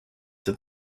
that